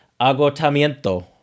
agotamiento